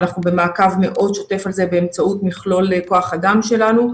אנחנו במעקב מאוד שוטף על זה באמצעות מכלול כוח האדם שלנו,